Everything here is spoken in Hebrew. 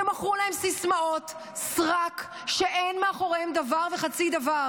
שמכרו להם סיסמאות סרק שאין מאחוריהן דבר וחצי דבר?